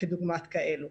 דוגמאת כאלה.